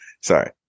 Sorry